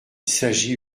s’agit